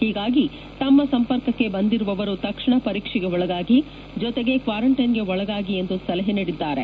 ಹೀಗಾಗಿ ತಮ್ಮ ಸಂಪರ್ಕಕ್ಕೆ ಬಂದಿರುವವರು ತಕ್ಷಣ ಪರೀಕ್ಷೆಗೆ ಒಳಗಾಗಿ ಜೊತೆಗೆ ಕ್ವಾರಂಟೈನ್ಗೆ ಒಳಗಾಗಿ ಎಂದು ಸಲಹೆ ನೀಡಿದ್ದಾರೆ